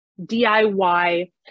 DIY